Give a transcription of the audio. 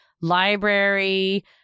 library